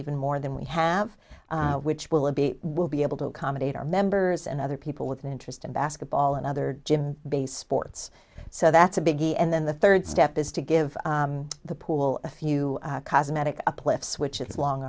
even more than we have which will be will be able to accommodate our members and other people with an interest in basketball and other gym based sports so that's a biggie and then the third step is to give the pool a few cosmetic uplifts which is long